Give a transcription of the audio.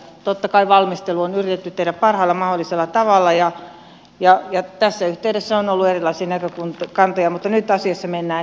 totta kai valmistelu on yritetty tehdä parhaalla mahdollisella tavalla ja tässä yhteydessä on ollut erilaisia näkökantoja mutta nyt asiassa mennään eteenpäin